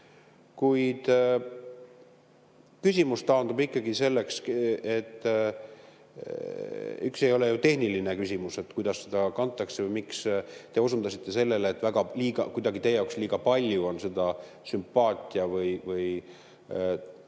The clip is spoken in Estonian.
Kuid küsimus taandub ikkagi sellele, see ei ole ju tehniline küsimus, kuidas seda kantakse või miks. Te osundasite sellele, et kuidagi teie jaoks on liiga palju sümpaatia või meiepoolse